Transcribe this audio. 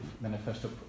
manifesto